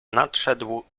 nadszedł